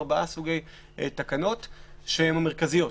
תקנות מרכזיות,